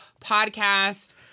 podcast